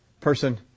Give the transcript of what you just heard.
person